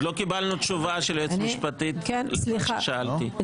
עוד לא קיבלנו תשובה של היועצת המשפטית למה ששאלתי.